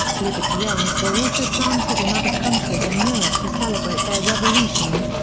liberty elms were also planted in other countries in europe to celebrate their revolutions,